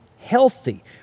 healthy